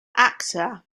actor